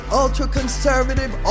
ultra-conservative